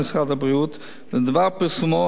ודבר פרסומו אף הופץ בעיתונות.